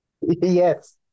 Yes